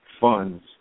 funds